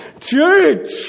Church